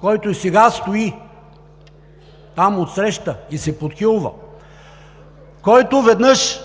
който и сега стои там отсреща и се подхилва, който веднъж